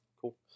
cool